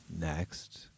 next